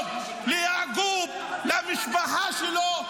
אלשיך שיקר.